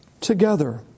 together